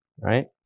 right